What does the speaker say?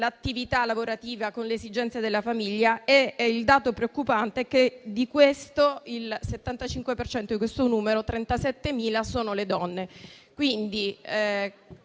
l'attività lavorativa con le esigenze della famiglia. Il dato preoccupante è che - il 75 per cento di questo numero - 37.000 sono donne.